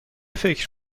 فکر